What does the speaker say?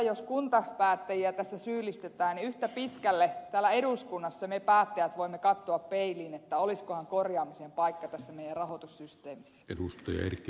jos kuntapäättäjiä tässä syyllistetään niin kyllä yhtä pitkälle täällä eduskunnassa me päättäjät voimme katsoa peiliin että olisikohan korjaamisen paikka tässä meidän rahoitussysteemissämme